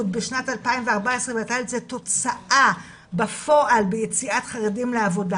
בשנת 2014 והייתה לזה תוצאה בפועל ביציאת חרדים לעבודה.